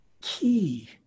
key